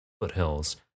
foothills